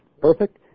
perfect